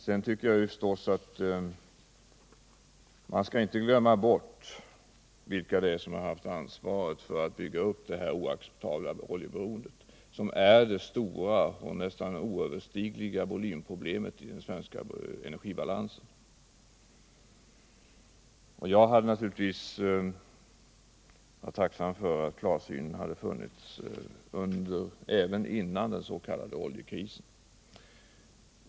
Sedan tycker jag att vi inte skall glömma bort vilka det är som haft ansvaret för att bygga upp det här oacceptabla oljeberoendet, som är det stora och nästan oöverstigliga volymproblemet i den svenska energibalansen. Jag hade naturligtvis varit tacksam, om det hade funnits en klarsyn även före den s.k. oljekrisen.